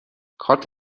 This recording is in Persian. کارت